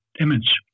image